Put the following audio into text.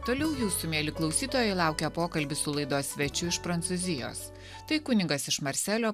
toliau jūsų mieli klausytojai laukia pokalbis su laidos svečiu iš prancūzijos tai kunigas iš marselio